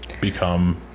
become